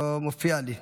לא מופיע לי.